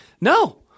No